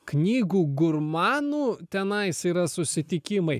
knygų gurmanų tenais yra susitikimai